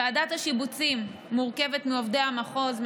ועדת השיבוצים מורכבת מעובדי המחוז,